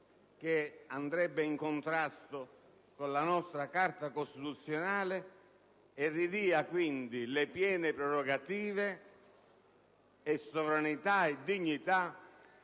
che andrebbe in contrasto con la nostra Carta costituzionale e ridia le piene prerogative e sovranità e dignità